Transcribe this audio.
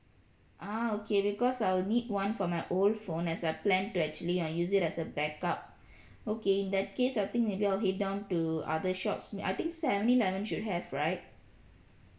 ah okay because I will need one for my old phone as I plan to actually uh use it as a back up okay in that case I think maybe I'll head down to other shops I think seven eleven should have right